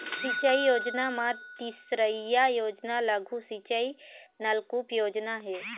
सिंचई योजना म तीसरइया योजना लघु सिंचई नलकुप योजना हे